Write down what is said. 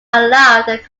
allowed